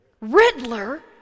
riddler